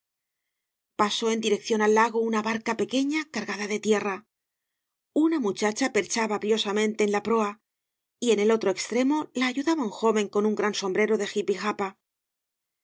pasó con dirección al lago una barca pequeña cargada de tierra una muchacha perchaba brío sámente en la proa y en el otro extremo la ayudaba un joven con un gran sombrero de jipijapa